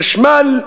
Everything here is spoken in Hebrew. חשמל,